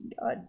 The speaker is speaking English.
God